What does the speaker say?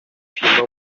few